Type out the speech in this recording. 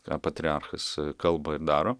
ką patriarchas kalba ir daro